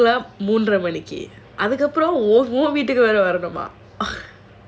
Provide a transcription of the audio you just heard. மூன்றரை மணிக்கு அதுக்கு அப்புறம் ஒரு:moondrarai mannikku adhuku appuram oru kilometre வரனுமாம்:varanumam